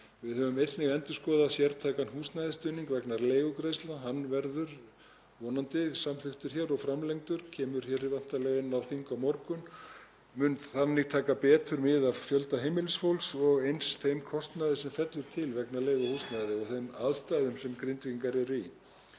Við höfum einnig endurskoðað sértækan húsnæðisstuðning vegna leigugreiðslna. Hann verður vonandi samþykktur hér og framlengdur, kemur væntanlega inn á þing á morgun og mun þannig taka betur mið af fjölda heimilisfólks og eins þeim kostnaði sem fellur til vegna leiguhúsnæðis og þeim aðstæðum sem Grindvíkingar eru í.